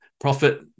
profit